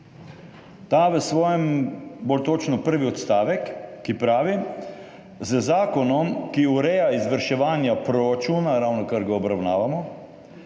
dohodnini, bolj točno prvi odstavek, ki pravi: »Z zakonom, ki ureja izvrševanje proračuna«, ravnokar ga obravnavamo,